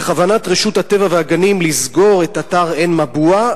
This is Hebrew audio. בכוונת רשות הטבע והגנים לסגור את אתר עין-מבוע,